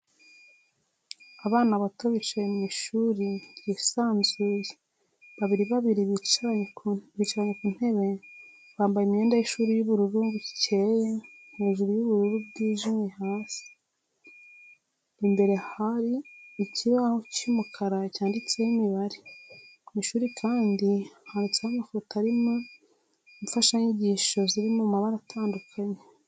Abana bato bicaye mw'ishuri ryisanzuye babiri babiri bicaranye ku ntebe bambaye imyenda y'ishuri y'ubururu bucyeye hejuru n'ubururu bwijimye hasi, imbere hari ikibaho cy'umukara cyanditseho imibare, mw'ishuri kandi hamanitse amafoto ariho imfashanyigisho ziri mu mabara atandukanye